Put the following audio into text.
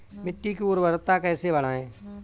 मिट्टी की उर्वरता कैसे बढ़ाएँ?